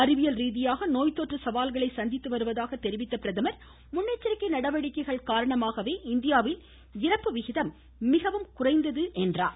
அறிவியல் ரீதியாக நோய் தொற்று சவால்களை சந்தித்து வருவதாக தெரிவித்த பிரதமர் முன்னெச்சரிக்கை நடவடிக்கைகள் காரணமாகவே இந்தியாவில் இறப்பு விகிதம் மிகவும் குறைந்தது என்றார்